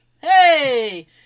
Hey